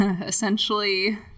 essentially